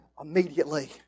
immediately